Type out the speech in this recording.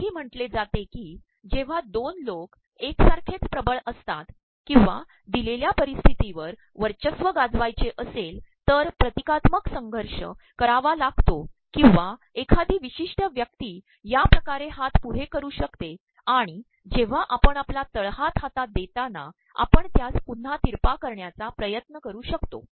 असेही म्हिले जाते की जेव्हा दोन लोक एकसारखेच िबळ असतात ककंवा द्रदलेल्या पररप्स्त्र्ती वर वचयस्त्व गाजवायचे असेल तर ितीकात्मक संघषय करावा लागतो ककंवा एखादी प्रवमशष्ि व्यक्ती या िकारे हात पुढे करू शकते आणण जेव्हा आपण आपला तळहात हातात देताना आपण त्यास पुन्हा ततरपा करण्याचा ियत्न करू शकतो